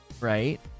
Right